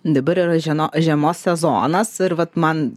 dabar yra žieno žiemos sezonas ir vat man